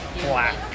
black